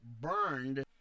burned